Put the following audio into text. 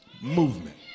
movement